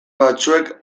batzuek